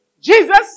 Jesus